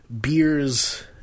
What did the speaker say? beers